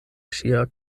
ŝia